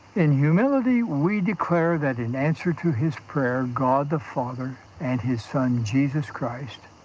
in humility, we declare that in answer to his prayer, god the father and his son, jesus christ,